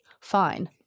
Fine